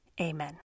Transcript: Amen